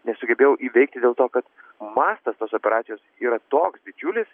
nesugebėjau įveikti dėl to kad mastas tos operacijos yra toks didžiulis